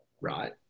right